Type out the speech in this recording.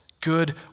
good